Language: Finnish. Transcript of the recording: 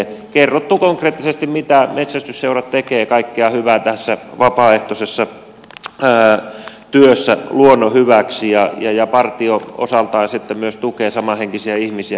on kerrottu konkreettisesti mitä kaikkea hyvää metsästysseurat tekevät tässä vapaaehtoisessa työssä luonnon hyväksi ja partio osaltaan sitten myös tukee samanhenkisiä ihmisiä kun ovat